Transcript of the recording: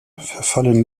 verfallen